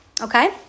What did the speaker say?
Okay